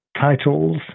titles